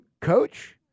coach